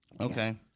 Okay